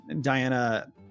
Diana